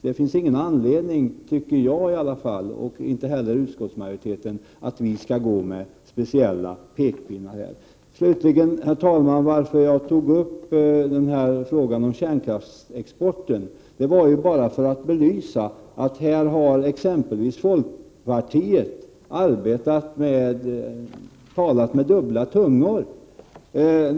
Det finns ingen anledning — det tycker i alla fall inte jag, och inte heller utskottsmajoriteten — att vi skall gå ut med speciella pekpinnar. Slutligen, herr talman: När jag tog upp frågan om kärnkraftsexporten var det för att jag ville belysa att exempelvis folkpartiet här har talat med dubbla tungor.